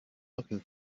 looking